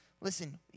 Listen